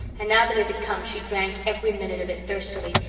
and now that it had come she drank every minute of it thirstily,